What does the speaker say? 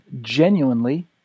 genuinely